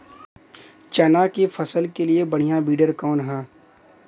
चना के फसल के लिए बढ़ियां विडर कवन ह?